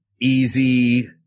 easy